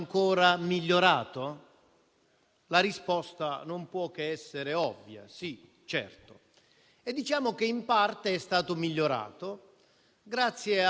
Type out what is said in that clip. familiari, la vita delle persone, delle bambine, dei bambini, degli adolescenti, di donne, uomini, nonne e nonni.